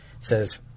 says